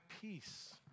peace